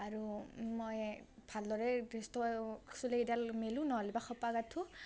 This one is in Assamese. আৰু মই ভাল দৰে ড্ৰেছটো চুলিকেইডাল মেলোঁ নহ'লেবা খোপা গাঁঠোঁ